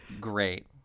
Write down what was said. Great